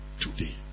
today